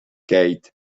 gate